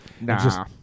Nah